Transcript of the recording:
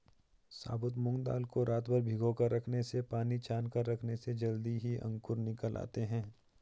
साबुत मूंग दाल को रातभर भिगोकर रखने से पानी छानकर रखने से जल्दी ही अंकुर निकल आते है